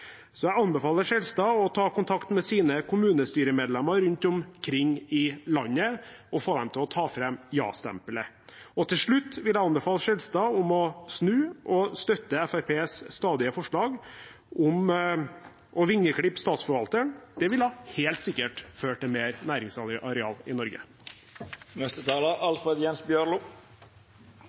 så jeg anbefaler Skjelstad å ta kontakt med sine kommunestyremedlemmer rundt omkring i landet og få dem til å ta fram ja-stempelet. Til slutt vil jeg anbefale Skjelstad å snu og støtte Fremskrittspartiets stadige forslag om å vingeklippe Statsforvalteren. Det ville helt sikkert ført til mer næringsareal i